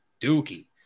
dookie